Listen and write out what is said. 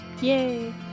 Yay